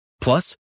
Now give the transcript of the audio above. Plus